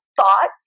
thought